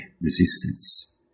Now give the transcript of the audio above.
resistance